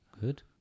Good